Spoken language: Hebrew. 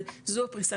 אבל זו הפריסה,